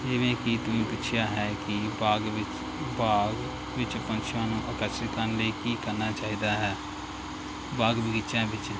ਜਿਵੇਂ ਕਿ ਤੁਸੀਂ ਪੁੱਛਿਆ ਹੈ ਕਿ ਬਾਗ ਵਿੱਚ ਬਾਗ ਵਿੱਚ ਪੰਛੀਆਂ ਨੂੰ ਆਕਰਸ਼ਿਤ ਕਰਨ ਲਈ ਕੀ ਕਰਨਾ ਚਾਹੀਦਾ ਹੈ ਬਾਗ ਬਗੀਚਿਆਂ ਵਿੱਚ